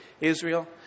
Israel